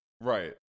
Right